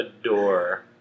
adore